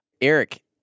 Eric